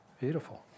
Beautiful